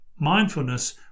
Mindfulness